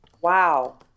Wow